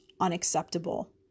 unacceptable